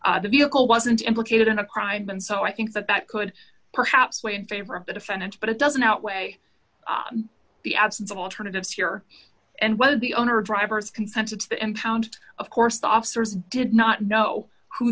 car the vehicle wasn't implicated in a crime and so i think that that could perhaps weigh in favor of the defendant but it doesn't outweigh the absence of alternatives here and one of the owner drivers consented to the impound of course the officers did not know who